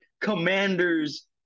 commanders